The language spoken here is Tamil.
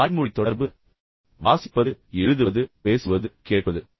E வாய்மொழி தொடர்பு அதாவது வாசிப்பது எழுதுவது பேசுவது மற்றும் கேட்பது